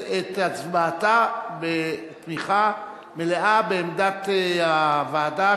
את הצבעתה בתמיכה מלאה בעמדת הוועדה,